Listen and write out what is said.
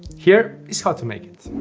here is how to make it.